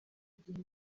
igihe